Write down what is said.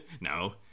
No